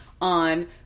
on